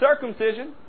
circumcision